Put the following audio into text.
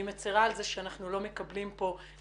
אני מצרה על כך שאנחנו לא מקבלים כאן איזשהו